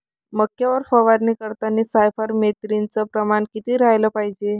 मक्यावर फवारनी करतांनी सायफर मेथ्रीनचं प्रमान किती रायलं पायजे?